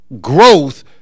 growth